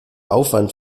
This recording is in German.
aufwand